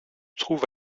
trouve